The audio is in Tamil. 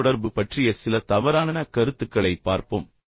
தகவல்தொடர்பு பற்றிய சில தவறான கருத்துக்களைப் பார்ப்போம்